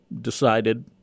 decided